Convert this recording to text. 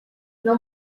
não